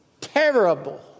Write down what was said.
Terrible